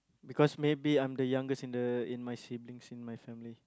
because maybe I'm the youngest in the in my siblings in my family